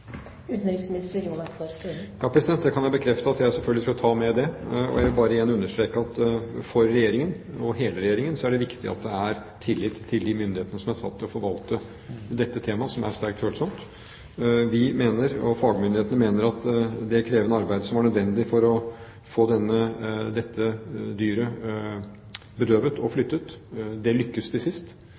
kan bekrefte at jeg selvfølgelig skal ta det med. Jeg vil bare igjen understreke at for hele Regjeringen er det viktig at det er tillit til de myndighetene som er satt til å forvalte dette sterkt følsomme temaet. Vi mener – og fagmyndighetene mener – at det krevende arbeidet som var nødvendig for å få dette dyret bedøvet og flyttet, lyktes til sist.